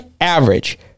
average